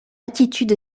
attitude